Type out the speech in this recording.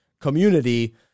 community